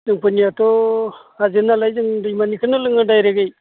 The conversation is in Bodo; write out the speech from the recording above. जोंफोरनियाथ' गाज्रि नालाय जों दैमानिखौनो लोङो दायरेक्टगै